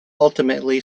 ultimately